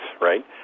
right